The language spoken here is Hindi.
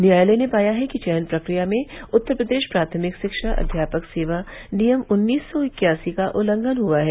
न्यायालय ने पाया कि चयन प्रक्रिया में उत्तर प्रदेश प्राथमिक शिक्षा अध्यापक सेवा नियम उन्नीस सौ इक्यासी का उल्लंघन हुआ है